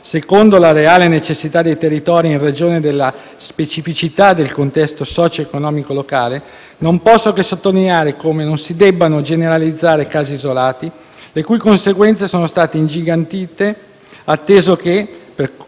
secondo la reale necessità dei territori in ragione della specificità del contesto socio-economico locale, non posso che sottolineare come non si debbano generalizzare casi isolati, le cui conseguenze sono state ingigantite, atteso che, per